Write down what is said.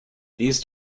these